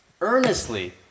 earnestly